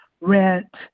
rent